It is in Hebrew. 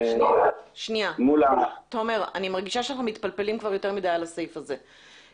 אני מרגישה שאנחנו מתפלפלים יותר מדי על הסעיף הזה.